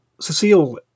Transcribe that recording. Cecile